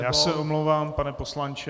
Já se omlouvám, pane poslanče.